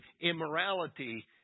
immorality